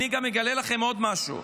אני גם אגלה לכם עוד משהו: